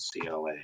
CLA